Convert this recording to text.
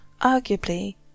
Arguably